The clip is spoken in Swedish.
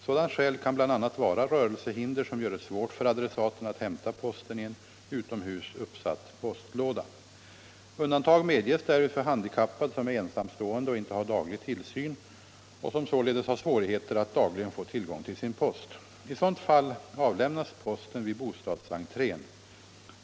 Sådant skäl kan bl.a. vara rörelsehinder som gör det svårt för adressaten att hämta posten i en utomhus uppsatt postlåda. Undantag medges därvid för handikappad som är ensamstående och inte har daglig tillsyn och som således har svårigheter att dagligen få tillgång till sin post. I sådant fall avlämnas posten vid bostadsentrén.